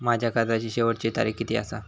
माझ्या कर्जाची शेवटची तारीख किती आसा?